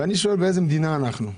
אני שואל באיזו מדינה אנחנו.